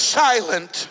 silent